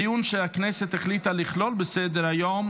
דיון שהכנסת החליטה לכלול בסדר-היום